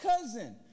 cousin